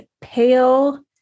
pale